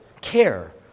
care